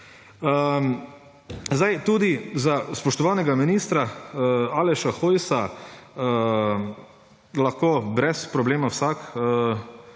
Tudi za spoštovanega ministra Aleša Hojsa lahko brez problema vsak